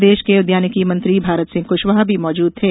प्रदेश के उद्यानिकी मंत्री भारत सिंह कुशवाह भी मौजूद थे